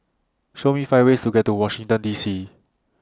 Show Me five ways to get to Washington D C